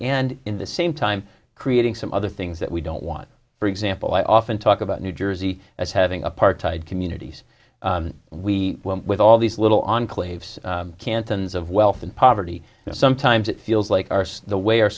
and in the same time creating some other things that we don't want for example i often talk about new jersey as having apartheid communities we with all these little enclaves cantons of wealth and poverty and sometimes it feels like the way our